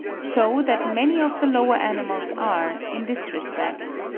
so that many of the lower animals are, in this respect,